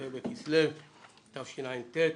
כ"ה בכסלו תשע"ט.